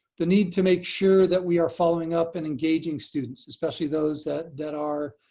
the need to make sure that we are following up and engaging students, especially those that that are